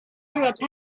through